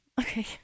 Okay